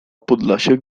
podlasiak